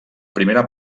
primera